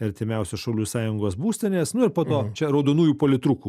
artimiausios šaulių sąjungos būstinės nu ir po to čia raudonųjų politrukų